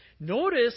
Notice